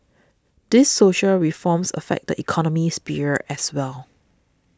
these social reforms affect the economic sphere as well